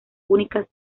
únicas